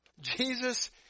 Jesus